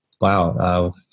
wow